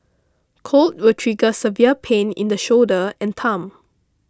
cold will trigger severe pain in the shoulder and thumb